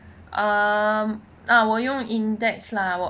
um ah 我用 index lah 我